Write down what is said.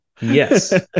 Yes